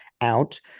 out